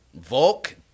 volk